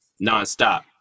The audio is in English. nonstop